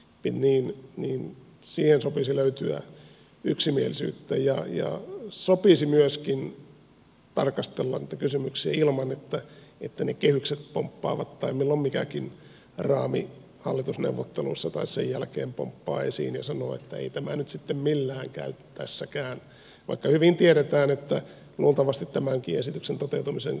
pimeän niin työn tarjoamisesta sopisi löytyä yksimielisyyttä ja sopisi myöskin tarkastella niitä kysymyksiä ilman että ne kehykset tai milloin mikäkin raami hallitusneuvotteluissa tai sen jälkeen pomppaavat esiin ja sanotaan että ei tämä nyt sitten millään käy tässäkään vaikka hyvin tiedetään että luultavasti tämänkin esityksen toteutumisen kokonaisvaikutukset ovat todellakin positiivisia